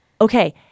okay